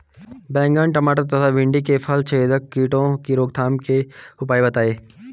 बैंगन टमाटर तथा भिन्डी में फलछेदक कीटों की रोकथाम के उपाय बताइए?